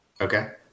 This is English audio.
Okay